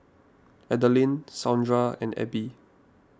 Adaline Saundra and Ebbie